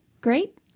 Great